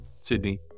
Sydney